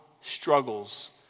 struggles